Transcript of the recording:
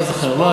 לא זוכר.